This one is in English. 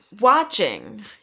watching